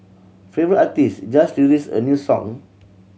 favourite artist just released a new song